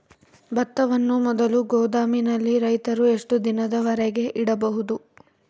ಭತ್ತವನ್ನು ಮೊದಲು ಗೋದಾಮಿನಲ್ಲಿ ರೈತರು ಎಷ್ಟು ದಿನದವರೆಗೆ ಇಡಬಹುದು?